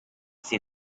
see